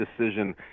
decision